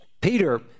Peter